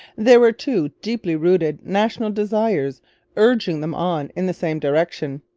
there were two deeply rooted national desires urging them on in the same direction.